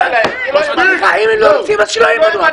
אם הם לא רוצים, אז שלא ימנו.